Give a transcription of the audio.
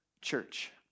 church